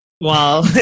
Wow